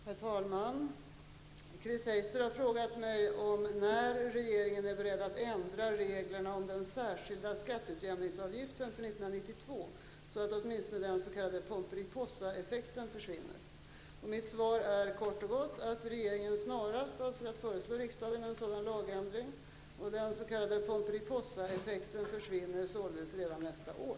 Herr talman! Chris Heister har frågat mig om när regeringen är beredd att ändra reglerna om den särskilda skatteutjämningsavgiften för 1992 så att åtminstone den s.k. Pomperipossa-effekten försvinner. Mitt svar är kort och gott att regeringen snarast avser att föreslå riksdagen en sådan lagändring. Den s.k. Pomperipossa-effekten försvinner således redan nästa år.